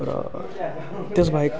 र त्यसबाहेक